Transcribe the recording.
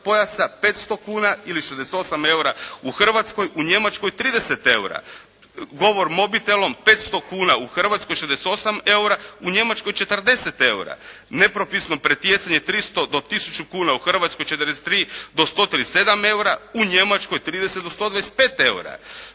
pojasa 500 kuna ili 68 eura u Hrvatskoj, u Njemačkoj 30 eura. Govor mobitelom 500 kuna u Hrvatskoj 68 eura, u Njemačkoj 40 eura. Nepropisno pretjecanje 300 do 1000 kuna u Hrvatskoj 43 do 137 eura, u Njemačkoj 30 do 125 eura.